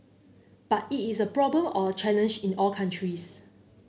but it is a problem or a challenge in all countries